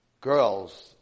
girls